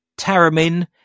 Taramin